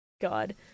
God